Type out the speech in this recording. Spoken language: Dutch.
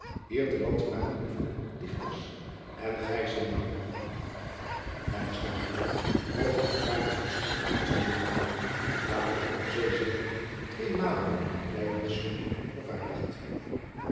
hier te land maakt de liefde dichters en gij signore lijnslager o gij vraagt zoo strikt signora ja ik heb op zee zijnde tweemalen een klein dichtstukje vervaardigd